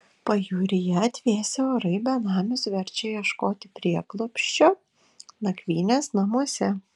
pajūryje atvėsę orai benamius verčia ieškoti prieglobsčio nakvynės namuose